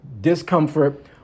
discomfort